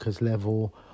level